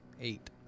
Eight